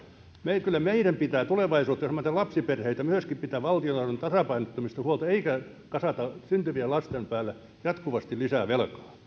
kyllä meidän pitää tulevaisuudessa jos me ajattelemme lapsiperheitä myöskin pitää valtiontalouden tasapainottamisesta huolta eikä kasata syntyvien lasten päälle jatkuvasti lisää velkaa